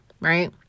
right